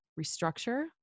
restructure